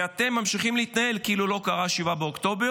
ואתם ממשיכים להתנהל כאילו לא קרה 7 באוקטובר,